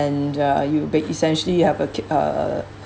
uh you ba~ essentially you have a ki~ uh